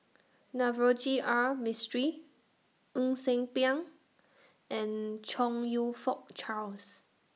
Navroji R Mistri Ng Ser Miang and Chong YOU Fook Charles